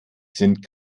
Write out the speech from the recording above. sind